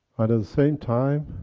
at the same time,